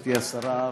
גברתי השרה,